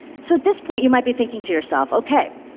so at this point, you might be thinking to yourself, ok,